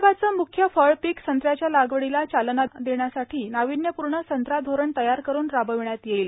विदर्भाचे मुख्य फळपीक संत्र्याच्या लागवडीला चालना देण्यासाठी नाविण्यपूर्ण संत्रा धोरण तयार करुन राबविण्यात येईल